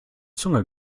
zunge